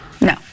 No